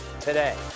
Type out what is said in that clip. today